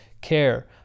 care